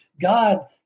God